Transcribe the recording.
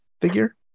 figure